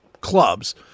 clubs